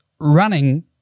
running